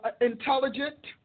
intelligent